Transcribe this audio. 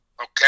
okay